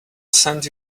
send